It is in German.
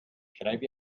schreib